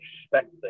expecting